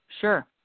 Sure